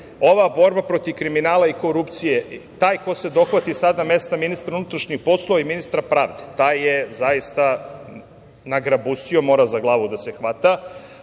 Ova borba protiv kriminala i korupcije, taj ko se dohvati sada mesta ministra unutrašnjih poslova i ministra pravde, taj je zaista nagrabusio, mora za glavu da se hvata,